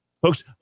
Folks